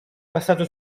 basato